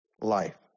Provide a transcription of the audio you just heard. life